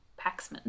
Paxman